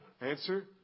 Answer